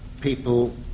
People